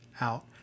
out